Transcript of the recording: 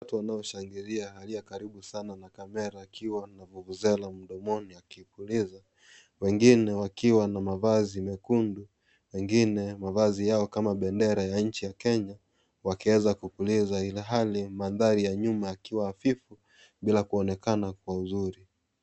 Watu wanao shangilia akiwa karibu sana na kamera wakiwa na bubusera mdomoni akiipuliza wengine wakiwa na mavazi mekundu ,wengine mavazi yao kama bendera ya nchi ya Kenya wakieza kupuriza ilihali mandari ya nyuma yakiwa havivu bila kuonekana kwa uzuri.